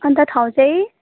अन्त ठाउँ चाहिँ